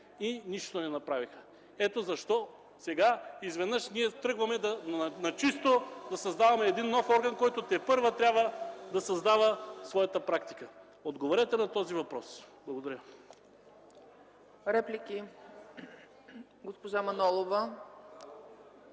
и нищо не направиха. Ето защо сега изведнъж ние тръгваме на чисто да създаваме нов орган, който тепърва трябва да създава своята практика. Отговорете на този въпрос! Благодаря. ПРЕДСЕДАТЕЛ ЦЕЦКА